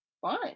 fine